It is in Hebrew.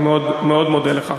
אני מאוד מאוד מודה לך.